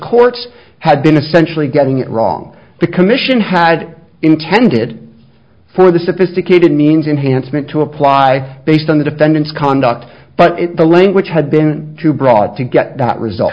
courts had been essentially getting it wrong the commission had intended for the sophisticated means enhanced meant to apply i based on the defendant's conduct but the language had been too broad to get that result